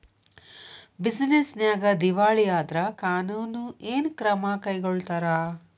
Business ನ್ಯಾಗ ದಿವಾಳಿ ಆದ್ರ ಕಾನೂನು ಏನ ಕ್ರಮಾ ಕೈಗೊಳ್ತಾರ?